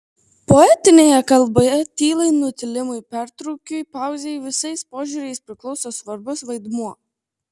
poetinėje kalboje tylai nutilimui pertrūkiui pauzei visais požiūriais priklauso svarbus vaidmuo